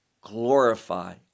glorify